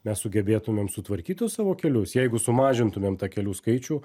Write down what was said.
mes sugebėtumėm sutvarkyt tuos savo kelius jeigu sumažintumėm ta kelių skaičių